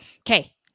Okay